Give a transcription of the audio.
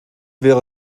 wäre